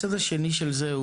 הצד השני של זה,